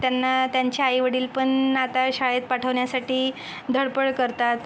त्यांना त्यांचे आई वडील पण आता शाळेत पाठवण्यासाठी धडपड करतात